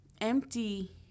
empty